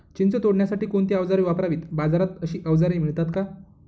चिंच तोडण्यासाठी कोणती औजारे वापरावीत? बाजारात अशी औजारे मिळतात का?